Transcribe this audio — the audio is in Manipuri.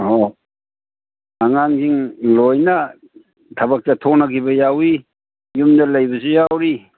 ꯑꯣ ꯑꯉꯥꯡꯁꯤꯡ ꯂꯣꯏꯅ ꯊꯕꯛ ꯆꯠꯊꯣꯛꯅꯈꯤꯕ ꯌꯥꯎꯏ ꯌꯨꯝꯗ ꯂꯩꯕꯁꯨ ꯌꯥꯎꯔꯤ